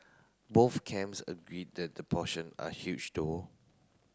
both camps agreed that the portion are huge though